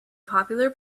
popular